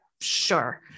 Sure